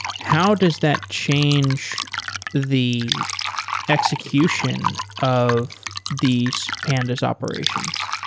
how does that change the execution of these pandas operations?